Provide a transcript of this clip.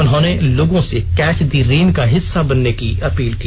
उन्होंने लोगों से कैच दी रेन का हिस्सा बनने की अपील की